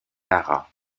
lara